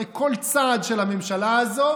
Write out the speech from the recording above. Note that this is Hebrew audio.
כל צעד של הממשלה הזאת